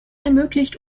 ermöglicht